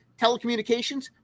telecommunications